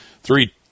three